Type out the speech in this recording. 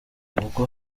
ubwo